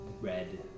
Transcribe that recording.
red